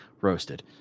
roasted